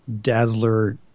Dazzler